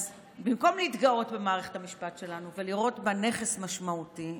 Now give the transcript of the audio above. אז במקום להתגאות במערכת המשפט שלנו ולראות בה נכס משמעותי,